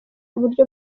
uburyo